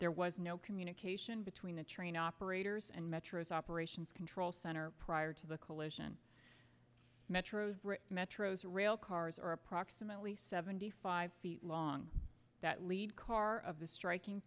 there was no communication between the train operators and metro's operations control center prior to the collision metro's metro's rail cars are approximately seventy five feet long that lead car of the striking